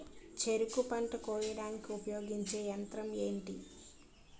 చెరుకు పంట కోయడానికి ఉపయోగించే యంత్రం ఎంటి?